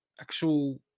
actual